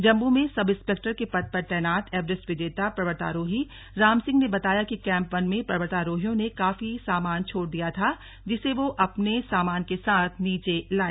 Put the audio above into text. जम्मू में sub inspector के पद पर तैनात एवरेस्टर विजेता पर्वतारोही राम सिंह ने बताया कि कैंप वन में पर्वतारोहियों ने काफी सामान छोड़ दिया था जिसे वो अपने सामान के साथ नीचे लाए